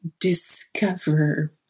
discover